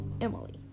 Emily